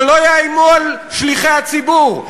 שלא יאיימו על שליחי הציבור.